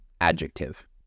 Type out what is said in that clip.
adjective